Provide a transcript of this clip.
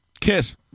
kiss